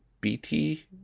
BT